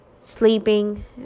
sleeping